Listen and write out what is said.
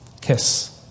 Kiss